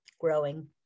growing